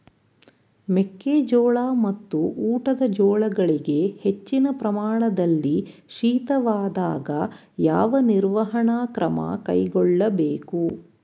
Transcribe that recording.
ಮೆಕ್ಕೆ ಜೋಳ ಮತ್ತು ಊಟದ ಜೋಳಗಳಿಗೆ ಹೆಚ್ಚಿನ ಪ್ರಮಾಣದಲ್ಲಿ ಶೀತವಾದಾಗ, ಯಾವ ನಿರ್ವಹಣಾ ಕ್ರಮ ಕೈಗೊಳ್ಳಬೇಕು?